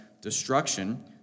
destruction